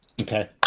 Okay